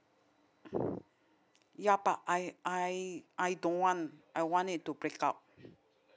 ya but I I I don't want I want it to break out